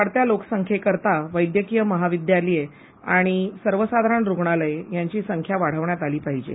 वाढत्या लोकसंख्येकरता वैद्यकीय महाविद्यालये आणि सर्वसाधारण रुग्णालये यांची संख्या वाढवण्यात आली पाहिजे